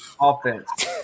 offense